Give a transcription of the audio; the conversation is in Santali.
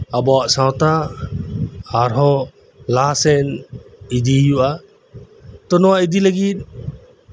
ᱟᱵᱩᱣᱟᱜ ᱥᱟᱶᱛᱟ ᱟᱨᱦᱚᱸ ᱞᱟᱦᱟᱥᱮᱱ ᱤᱫᱤᱭ ᱦᱩᱭᱩᱜᱼᱟ ᱛᱚ ᱱᱚᱜᱚᱭ ᱤᱫᱤ ᱞᱟᱹᱜᱤᱫ